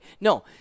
no